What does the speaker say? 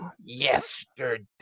yesterday